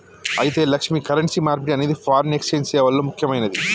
అయితే లక్ష్మి, కరెన్సీ మార్పిడి అనేది ఫారిన్ ఎక్సెంజ్ సేవల్లో ముక్యమైనది